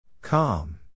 Calm